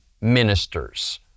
ministers